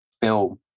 bill